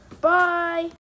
Bye